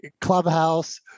clubhouse